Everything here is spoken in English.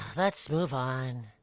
let's move on.